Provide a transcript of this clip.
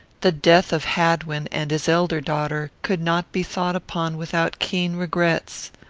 the death of hadwin and his elder daughter could not be thought upon without keen regrets.